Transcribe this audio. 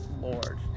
Lord